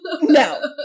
No